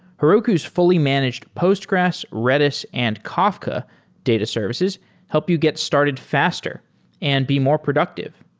heroku's fully managed postgres, redis and kafka data services help you get started faster and be more productive.